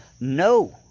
no